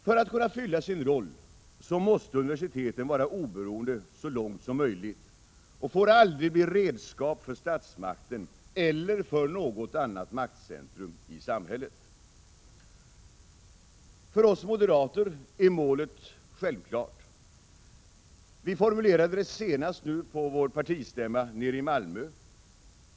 För att kunna fylla sin roll måste universiteten vara oberoende så långt som möjligt och får aldrig bli redskap för statsmakten eller för något annat maktcentrum i samhället. För oss moderater är målet självklart. Vi formulerade det senast på vår partistämma i Malmö.